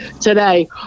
today